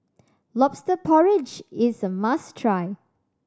Lobster Porridge is a must try